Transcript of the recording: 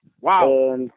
Wow